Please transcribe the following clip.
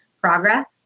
progress